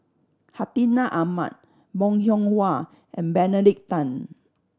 Hartinah Ahmad Bong Hiong Hwa and Benedict Tan